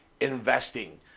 investing